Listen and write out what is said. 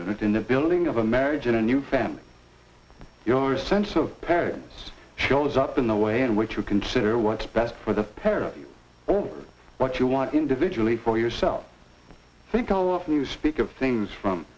unit in the building of a marriage in a new family your sense of parents shows up in the way in which you consider what's best for the pair of you or what you want individually for yourself i think all of you speak of things from